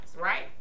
right